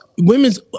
women's